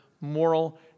moral